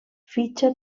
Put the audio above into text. fitxa